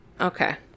Okay